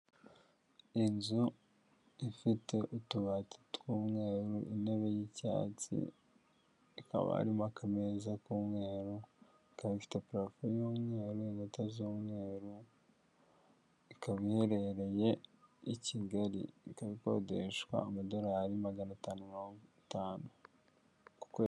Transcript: Inzu ifite utubati tw'umweru, intebe y'icyatsi, hakaba harimo akameza k'umweru, ikaba ifite parafoy'umweru, inkuta z'umweru, ikaba iherereye i Kigali, ikaba ikodeshwa amadorari magana atanu na mirongo itanu.